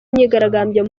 imyigaragambyo